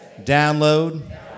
download